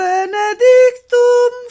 Benedictum